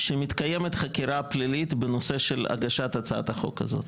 שמתקיימת חקירה פלילית במקרה של הגשת הצעת החוק הזו.